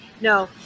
No